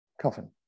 coffin